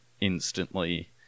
instantly